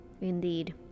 Indeed